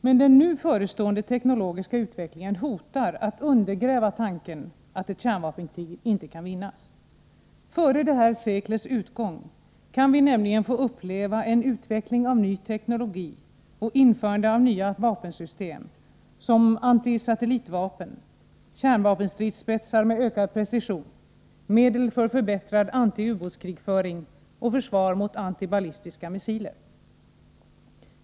Men den nu förestående teknologiska utvecklingen hotar att undergräva tanken att ett kärnvapenkrig inte kan vinnas. Före detta sekels utgång kan vi nämligen få uppleva en utveckling av ny teknologi och införandet av nya vapensystem, såsom anti-satellitvapen, kärnvapenstridsspetsar med ökad precision, medel för förbättrad anti-ubåtskrigföring och försvar mot ballistiska missiler.